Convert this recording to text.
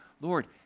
Lord